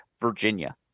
Virginia